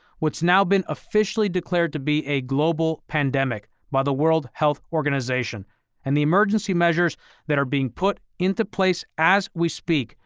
what's now been officially declared to be a global pandemic by the world health organization and the emergency measures that are being put into place as we speak,